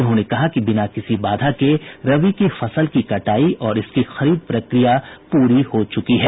उन्होंने कहा कि बिना किसी बाधा के रबी की फसल की कटाई और इसकी खरीद प्रक्रिया पूरी की गई है